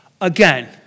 Again